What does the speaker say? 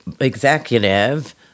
executive